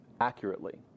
accurately